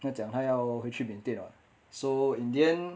他讲他要回去缅甸了 so in the end